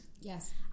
Yes